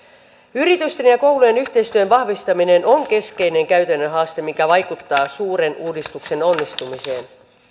yritysten ja koulujen yhteistyön vahvistaminen on keskeinen käytännön haaste mikä vaikuttaa suuren uudistuksen onnistumiseen